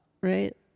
Right